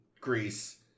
Greece